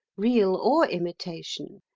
real or imitation.